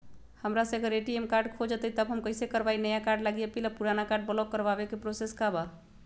हमरा से अगर ए.टी.एम कार्ड खो जतई तब हम कईसे करवाई नया कार्ड लागी अपील और पुराना कार्ड ब्लॉक करावे के प्रोसेस का बा?